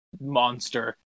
monster